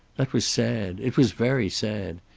that was sad. it was very sad.